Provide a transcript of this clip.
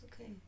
okay